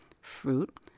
fruit